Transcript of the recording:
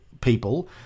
people